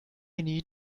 needed